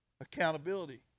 Accountability